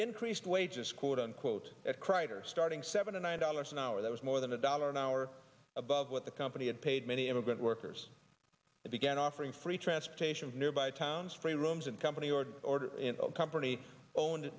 increased wages quote unquote kreiter starting seventy nine dollars an hour that was more than a dollar an hour above what the company had paid many immigrant workers began offering free transportation nearby towns free rooms and company or order in company owned